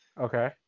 Okay